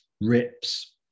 rips